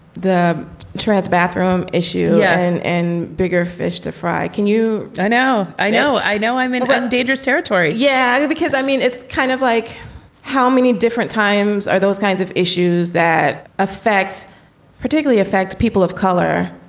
the trans bathroom issue yeah and and bigger fish to fry. can you i know, i know. i know. i'm in but dangerous territory yeah. because i mean, it's kind of like how many? times are those kinds of issues that affects particularly affects people of color.